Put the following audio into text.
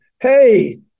hey